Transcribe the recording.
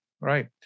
right